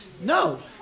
no